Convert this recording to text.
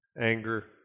anger